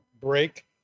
break